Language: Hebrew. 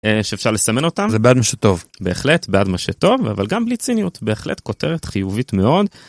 שאפשר לסמן אותה -בעד מה שטוב -בהחלט בעד מה שטוב אבל גם בלי ציניות בהחלט כותרת חיובית מאוד.